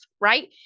right